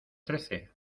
trece